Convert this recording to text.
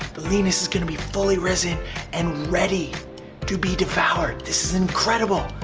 the leanness is gonna be fully risen and ready to be devoured. this is incredible